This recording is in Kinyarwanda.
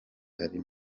ari